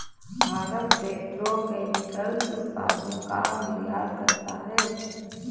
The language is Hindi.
भारत पेट्रो केमिकल्स उत्पादों का निर्यात करता है